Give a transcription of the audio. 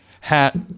hat